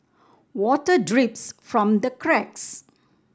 water drips from the cracks